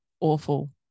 awful